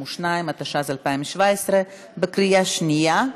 52), התשע"ז 2017, בקריאה שנייה.